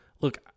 Look